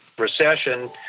recession